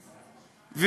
עאמר, מה שנקרא עמק יזרעאל.